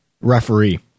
referee